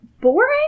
boring